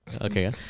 Okay